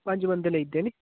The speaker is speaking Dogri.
पंज बंदे लेई जंदे हैनी